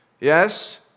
Yes